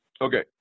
Okay